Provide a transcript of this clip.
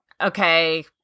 okay